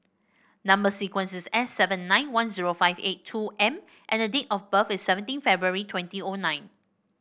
number sequence is S seven nine one zero five eight two M and the date of birth is seventeen February twenty O nine